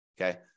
Okay